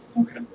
Okay